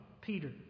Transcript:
Peter